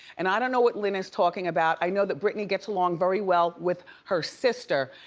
and i don't know what lynn is talking about. i know that britney gets along very well with her sister.